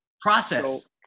Process